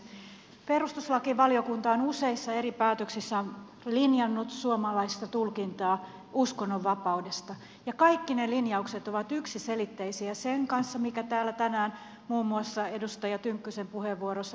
perustuslakivaliokunta on useissa eri päätöksissään linjannut suomalaista tulkintaa uskonnonvapaudesta ja kaikki ne lin jaukset ovat yksiselitteisiä sen kanssa mikä täällä tänään muun muassa edustaja tynkkysen puheenvuorossa tuli ilmi